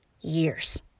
years